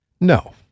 No